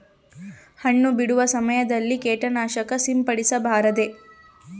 ಹಣ್ಣು ಬಿಡುವ ಸಮಯದಲ್ಲಿ ಕೇಟನಾಶಕ ಸಿಂಪಡಿಸಬಾರದೆ?